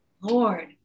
Lord